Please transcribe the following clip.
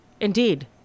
Indeed